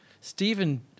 Stephen